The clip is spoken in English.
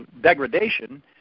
degradation